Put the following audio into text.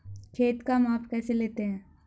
खेत का माप कैसे लेते हैं?